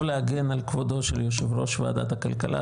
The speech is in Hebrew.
להגן על כבודו של יושב-ראש ועדת הכלכלה,